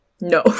No